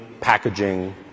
packaging